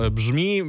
brzmi